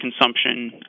consumption